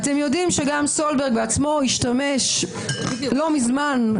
אתם יודעים שגם סולברג עצמו השתמש לא מזמן,